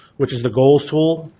which is the goals tool,